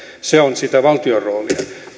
se on sitä valtion roolia